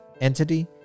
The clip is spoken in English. entity